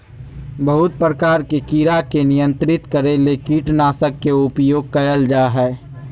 बहुत प्रकार के कीड़ा के नियंत्रित करे ले कीटनाशक के उपयोग कयल जा हइ